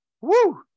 Woo